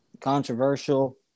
controversial